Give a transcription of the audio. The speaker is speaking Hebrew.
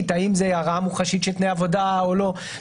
האם זאת הרעה מוחשית של תנאי העבודה או לא.